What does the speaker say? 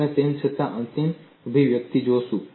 આપણે તેમ છતાં અંતિમ અભિવ્યક્તિને જોશું